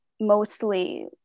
mostly